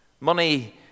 Money